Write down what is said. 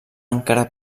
encara